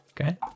Okay